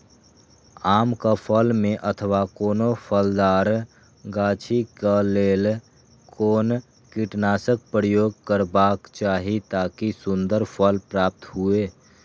आम क फल में अथवा कोनो फलदार गाछि क लेल कोन कीटनाशक प्रयोग करबाक चाही ताकि सुन्दर फल प्राप्त हुऐ?